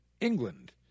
England